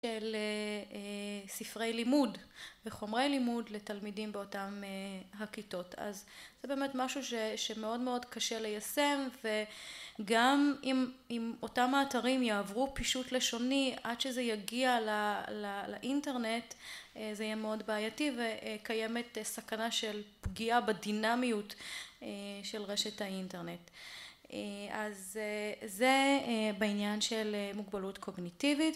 של ספרי לימוד וחומרי לימוד לתלמידים באותם הכיתות. אז זה באמת משהו שמאוד מאוד קשה ליישם וגם אם אותם האתרים יעברו פישוט לשוני, עד שזה יגיע לאינטרנט, זה יהיה מאוד בעייתי וקיימת סכנה של פגיעה בדינמיות של רשת האינטרנט. אז זה בעניין של מוגבלות קוגניטיבית